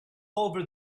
over